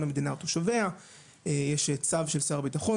יש שר,